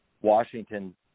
Washington